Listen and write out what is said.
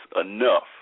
enough